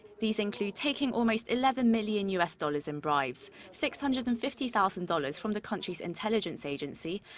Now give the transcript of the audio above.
these include taking almost eleven million u s. dollars in bribes six hundred and fifty thousand dollars from the country's intelligence agency.